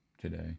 today